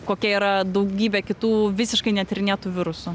kokia yra daugybė kitų visiškai netyrinėtų virusų